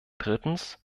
drittens